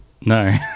No